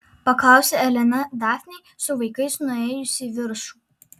paklausė elena dafnei su vaikais nuėjus į viršų